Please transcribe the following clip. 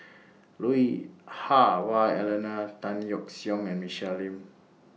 Lui Hah Wah Elena Tan Yeok Seong and Michelle Lim